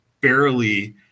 barely